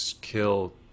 kill